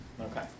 Okay